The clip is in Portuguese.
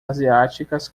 asiáticas